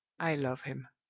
i love him.